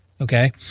okay